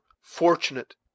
fortunate